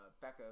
Becca